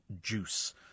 juice